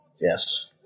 Yes